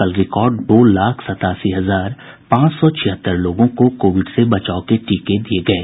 कल रिकार्ड दो लाख सत्तासी हजार पांच सौ छिहत्तर लोगों को कोविड से बचाव के टीके दिये गये